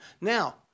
Now